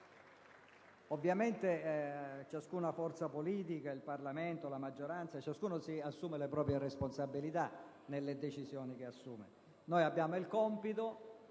Ovviamente ciascuna forza politica, il Parlamento e la maggioranza, si assumono le proprie responsabilità nelle decisioni che prendono. Noi abbiamo il compito